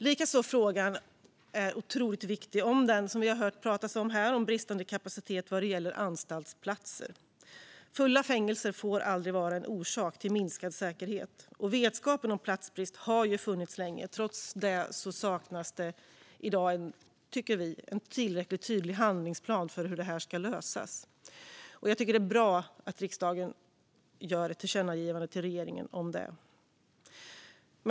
En otroligt viktig fråga är den om bristande kapacitet vad gäller anstaltsplatser. Fulla fängelser får aldrig vara en orsak till minskad säkerhet. Vetskapen om platsbrist har funnits länge, men trots detta saknas det en tillräckligt tydlig handlingsplan för hur det ska lösas. Jag tycker att det är bra att riksdagen gör ett tillkännagivande till regeringen om det.